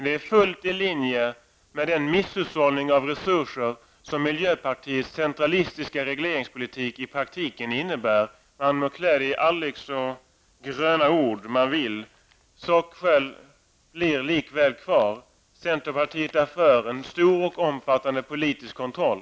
Det är fullt i linje med den misshushållning av resurser som miljöpartiets centralistiska regleringspolitik i praktiken innebär -- man må kläda det hela i aldrig så gröna ord. Miljöpartiet är för en stor och omfattande politisk kontroll.